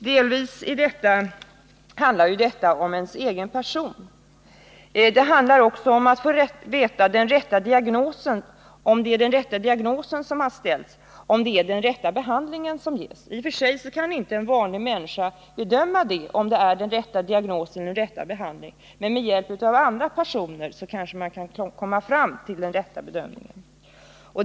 Delvis är det ju ens egen person det handlar om, men det handlar också om att få veta om det är rätt diagnos som har ställts och om det är rätt behandling som ges. I och för sig kan inte en vanlig människa bedöma detta, men med hjälp av andra personer kanske man kan komma fram till en riktig bedömning.